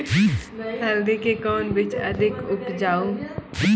हल्दी के कौन बीज अधिक उपजाऊ?